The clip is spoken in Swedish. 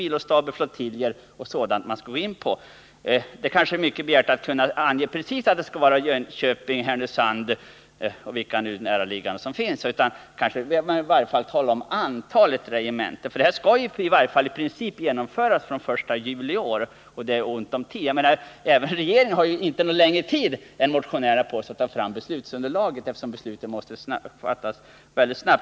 milostaber och flottiljer man måste gå in på. Det kanske är för mycket begärt att socialdemokraterna skall kunna « att det är precis regementena i Jönköping. Härnösand eller andra som avses, men de borde åtminstone kunna tala om antalet regementen. Besparingarna skall ju, i varje fall i princip, gälla från den 1 juli i år, och det är ont om tid. Regeringen har inte längre tid på sig än motionärerna att ta fram beslutsunderlag, eftersom besluten måste fattas mycket snart.